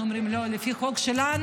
אנחנו אומרים: לא, לפי חוק שלנו,